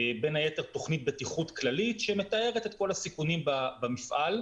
בין היתר תוכנית בטיחות כללית שמתארת את כל הסיכונים במפעל.